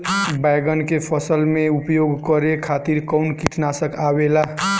बैंगन के फसल में उपयोग करे खातिर कउन कीटनाशक आवेला?